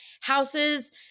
houses